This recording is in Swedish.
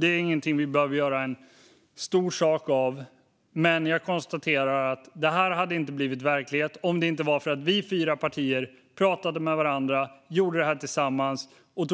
Det är inget vi behöver göra en stor sak av, men jag konstaterar att detta inte hade blivit verklighet om det inte varit för att vi fyra partier pratade med varandra, gjorde detta tillsammans och,